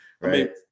right